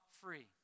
free